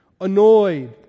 annoyed